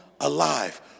alive